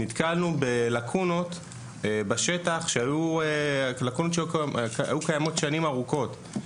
נתקלנו בלקונות בשטח שהיו קיימות שנים ארוכות.